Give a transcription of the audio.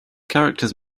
characters